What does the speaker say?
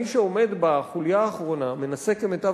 מי שעומד בחוליה האחרונה מנסה כמיטב